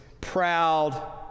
proud